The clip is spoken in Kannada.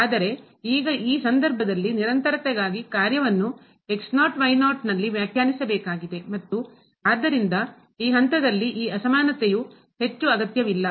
ಆದರೆ ಈಗ ಈ ಸಂದರ್ಭದಲ್ಲಿ ನಿರಂತರತೆಗಾಗಿ ಕಾರ್ಯವನ್ನು ನಲ್ಲಿ ವ್ಯಾಖ್ಯಾನಿಸಬೇಕಾಗಿದೆ ಮತ್ತು ಆದ್ದರಿಂದ ಈ ಹಂತದಲ್ಲಿ ಈ ಅಸಮಾನತೆಯು ಹೆಚ್ಚು ಅಗತ್ಯವಿಲ್ಲ